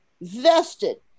vested